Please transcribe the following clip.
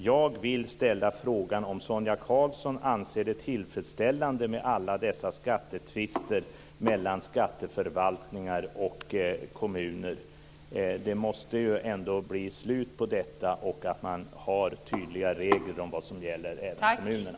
Jag vill ställa frågan om Sonia Karlsson anser det tillfredsställande med alla dessa skattetvister mellan skatteförvaltningar och kommuner. Det måste bli ett slut på detta, och man måste ha tydliga regler om vad som gäller även i kommunerna.